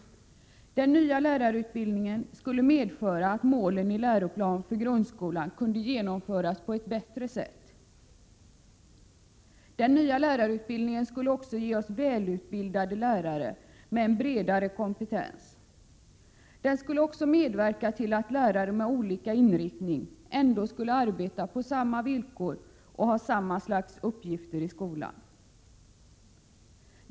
Den nya lärarutbildningen skulle medföra att målen i Läroplan för grundskolan kunde genomföras på ett bättre sätt. Den nya lärarutbildningen skulle ge oss välutbildade lärare med en bredare kompetens. Den skulle även medverka till att lärare med olika inriktning ändå skulle arbeta på samma villkor och ha samma slags uppgifter i skolan.